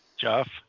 Jeff